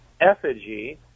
effigy